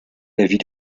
l’avis